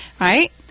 right